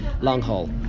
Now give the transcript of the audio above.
long-haul